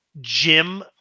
Jim